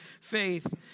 faith